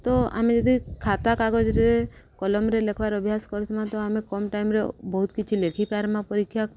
ତ ଆମେ ଯଦି ଖାତା କାଗଜରେ କଲମରେ ଲେଖ୍ବାର ଅଭ୍ୟାସ କରିଥିମା ତ ଆମେ କମ୍ ଟାଇମ୍ରେ ବହୁତ କିଛି ଲେଖିପାର୍ମା ପରୀକ୍ଷା